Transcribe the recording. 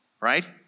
right